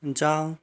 जाऊ